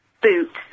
boots